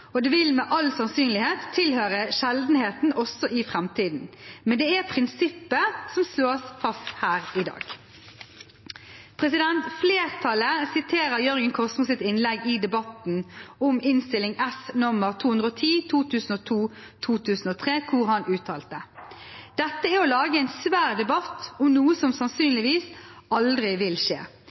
og det vil med all sannsynlighet tilhøre sjeldenheten også i framtiden, men det er prinsippet som slås fast her i dag. Flertallet siterer Jørgen Kosmos innlegg i debatten om Innst. S nr. 210 for 2002–2003, hvor han uttalte: «[…] dette er å lage en svær debatt om noe som sannsynligvis aldri vil skje,